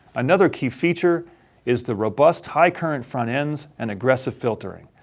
another key feature is the robust high current front ends and aggressive filtering.